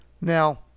Now